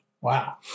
Wow